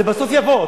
זה בסוף יבוא.